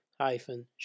hyphen